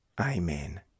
Amen